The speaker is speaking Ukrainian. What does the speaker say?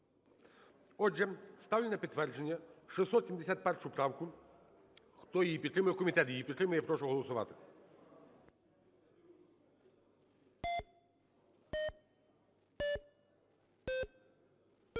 Отже, ставлю на підтвердження 671 правку. Хто її підтримує? Комітет її підтримує. Прошу голосувати.